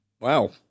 Wow